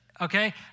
okay